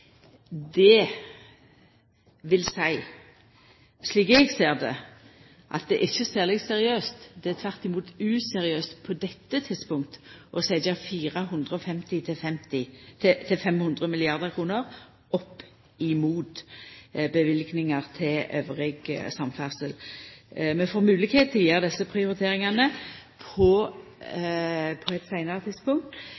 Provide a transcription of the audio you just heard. seia, slik eg ser det, at det ikkje er særleg seriøst – det er tvert imot useriøst – på dette tidspunkt å setja 450–500 mrd. kr opp mot løyvingar til anna samferdsel. Vi får moglegheit til å gjera desse prioriteringane på